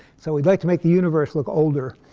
so we'd like to make universe look older.